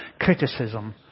criticism